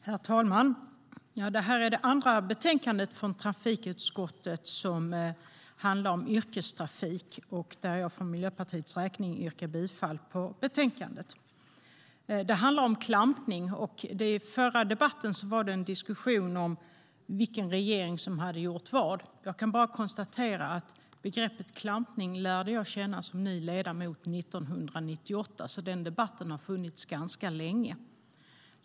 Herr talman! Detta är det andra betänkandet från trafikutskottet om yrkestrafik. Jag yrkar för Miljöpartiets räkning bifall till förslaget i betänkandet. Det handlar om klampning. I förra debatten var det en diskussion om vilken regering som hade gjort vad. Jag kan bara konstatera att jag lärde känna begreppet klampning som ny ledamot 1998. Den debatten har alltså förts ganska länge.